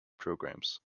programs